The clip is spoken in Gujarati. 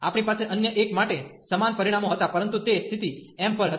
આપણી પાસે અન્ય એક માટે સમાન પરિણામો હતા પરંતુ તે સ્થિતિ m પર હતી